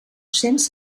cents